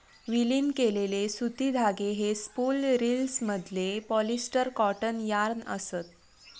विलीन केलेले सुती धागे हे स्पूल रिल्समधले पॉलिस्टर कॉटन यार्न असत